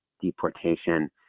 deportation